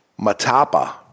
Matapa